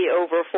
over